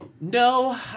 No